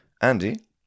Andy